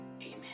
amen